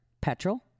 petrol